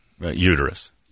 uterus